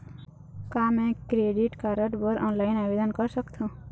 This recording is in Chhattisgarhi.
का मैं क्रेडिट कारड बर ऑनलाइन आवेदन कर सकथों?